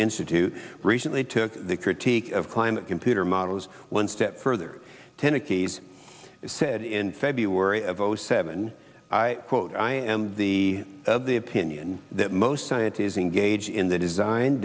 institute recently took the critique of climate computer models one step further ten ickes said in february of zero seven i quote i am the of the opinion that most scientists engage in the design